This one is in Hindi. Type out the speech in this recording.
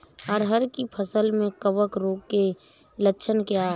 अरहर की फसल में कवक रोग के लक्षण क्या है?